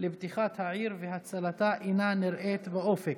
לפתיחת והצלת העיר אינה נראית באופק,